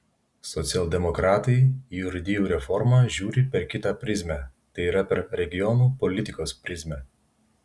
socialdemokratai į urėdijų reformą žiūri per kitą prizmę tai yra per regionų politikos prizmę